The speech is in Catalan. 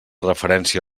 referència